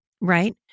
right